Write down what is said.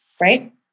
right